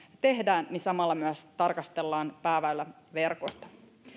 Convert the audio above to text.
tehdään samalla myös tarkastellaan pääväyläverkostoa